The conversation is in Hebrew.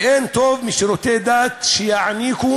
ואין טוב משירותי דת שיעניקו